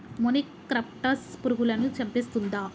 మొనిక్రప్టస్ పురుగులను చంపేస్తుందా?